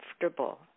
comfortable